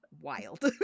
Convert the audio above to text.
wild